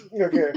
Okay